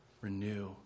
renew